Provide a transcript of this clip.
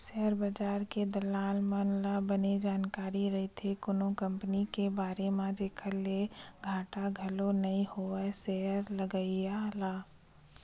share बजार के दलाल मन ल बने जानकारी रहिथे कोनो कंपनी के बारे म जेखर ले घाटा घलो नइ होवय सेयर लगइया ल